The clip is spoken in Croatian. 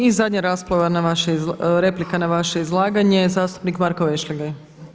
I zadnja rasprava na vaše, replika na vaše izlaganje zastupnik Marko Vešligaj.